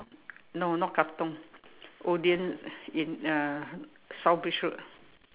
no not Katong Odean in uh South bridge road